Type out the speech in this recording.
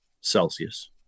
Celsius